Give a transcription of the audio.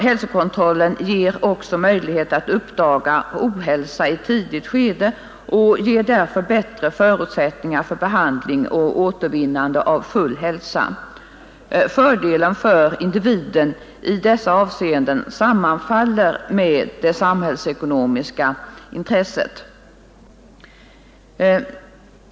Hälsokontrollen ger också möjlighet att uppdaga ohälsa i tidigt skede och ger därför bättre förutsättningar för behandling och återvinnande av full hälsa. Fördelen för individen i dessa avseenden sammanfaller med det samhällsekonomiska intresset.